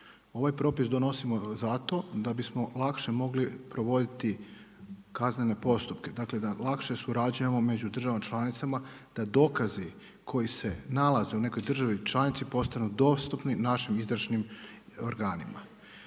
ovaj propis donosimo zato da bismo lakše mogli provoditi kaznene postupke, dakle da lakše surađujemo među državama članicama da dokazi koji se nalaze u nekoj državi članici postanu dostupni našim izvršnim organima.